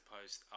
post